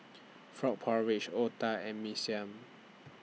Frog Porridge Otah and Mee Siam